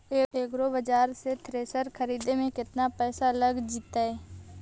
एग्रिबाजार से थ्रेसर खरिदे में केतना पैसा लग जितै?